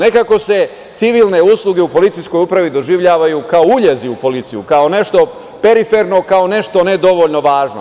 Nekako se civilne usluge u policijskoj upravi doživljavaju kao uljezi u policiji, kao nešto periferno, kao nešto ne dovoljno važno.